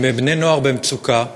עם בני-נוער במצוקה,